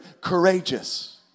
courageous